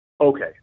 okay